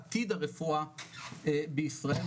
עתיד הרפואה בישראל,